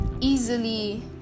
easily